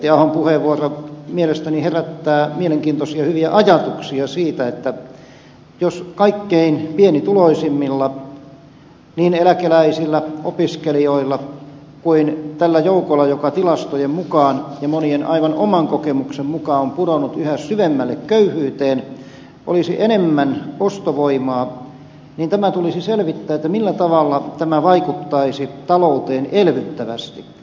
yrttiahon puheenvuoro mielestäni herättää mielenkiintoisia hyviä ajatuksia siitä että jos kaikkein pienituloisimmilla niin eläkeläisillä opiskelijoilla kuin tällä joukolla joka tilastojen mukaan ja monien aivan oman kokemuksen mukaan on pudonnut yhä syvemmälle köyhyyteen olisi enemmän ostovoimaa niin tämä tulisi selvittää millä tavalla tämä vaikuttaisi talouteen elvyttävästi